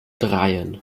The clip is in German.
dreien